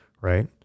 right